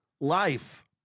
life